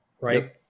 Right